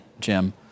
Jim